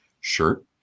shirt